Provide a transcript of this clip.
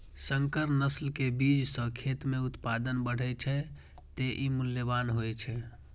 संकर नस्ल के बीज सं खेत मे उत्पादन बढ़ै छै, तें ई मूल्यवान होइ छै